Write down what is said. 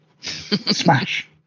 Smash